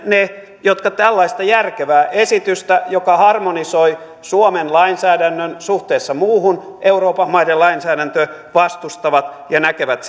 ne jotka tällaista järkevää esitystä joka harmonisoi suomen lainsäädännön suhteessa muuhun euroopan maiden lainsäädäntöön vastustavat ja näkevät